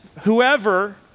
whoever